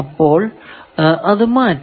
അപ്പോൾ അത് മാറ്റി